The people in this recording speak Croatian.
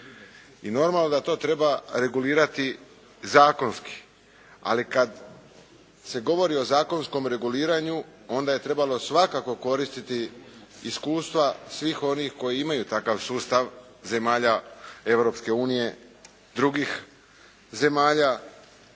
I normalno da to treba regulirati zakonski, ali kad se govori o zakonskom reguliranju onda je trebalo svakako koristiti iskustva svih onih koji imaju takav sustav zemalja Europske unije drugih zemalja.